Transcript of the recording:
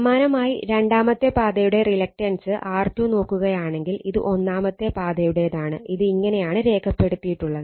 സമാനമായി രണ്ടാമത്തെ പാതയുടെ റിലക്റ്റൻസ് R2 നോക്കുകയാണെങ്കിൽ ഇത് ഒന്നാമത്തെ പാതയുടേതാണ് ഇത് ഇങ്ങനെയാണ് രേഖപ്പെടുത്തിയിട്ടുള്ളത്